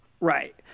Right